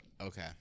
Okay